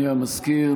אדוני המזכיר,